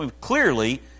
Clearly